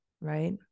right